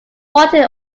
wanted